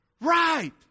Right